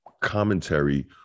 commentary